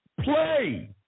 Play